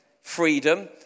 freedom